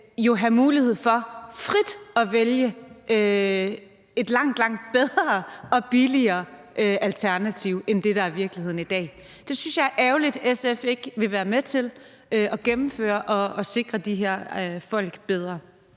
have mulighed for frit at vælge et langt, langt bedre og billigere alternativ end det, der er virkeligheden i dag. Det synes jeg er ærgerligt at SF ikke vil være med til at gennemføre, så vi kan sikre de her folk bedre.